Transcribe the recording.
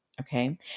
okay